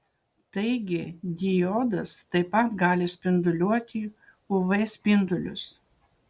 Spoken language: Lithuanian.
taigi diodas taip pat gali spinduliuoti uv spindulius